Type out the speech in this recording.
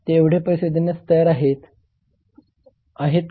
ते तेवढे पैसे देण्यास तयार आहेत का